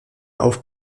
auf